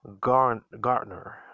Gartner